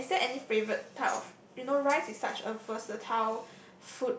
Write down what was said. so is there any favourite type of you know rice is such a versatile